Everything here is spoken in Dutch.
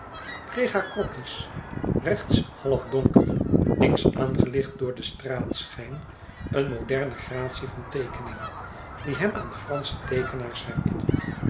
kreeg haar croquis rechts half donker links aangelicht door den straatschijn een moderne gratie van teekening die hem aan fransche teekenaars herinnerde